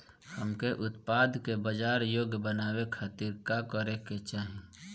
हमके उत्पाद के बाजार योग्य बनावे खातिर का करे के चाहीं?